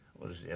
was